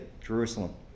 Jerusalem